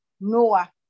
Noah